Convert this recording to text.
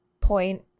point